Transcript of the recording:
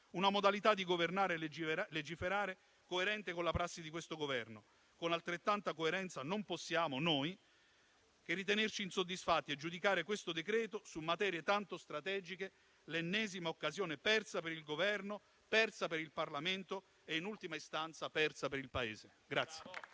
una modalità di governare e legiferare coerente con la prassi di questo Governo. Con altrettanta coerenza non possiamo noi che ritenerci insoddisfatti e giudicare questo decreto-legge su materie tanto strategiche l'ennesima occasione persa per il Governo, persa per il Parlamento e in ultima istanza persa per il Paese.